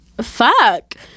fuck